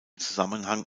zusammenhang